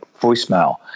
voicemail